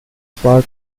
part